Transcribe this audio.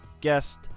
guest